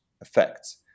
effects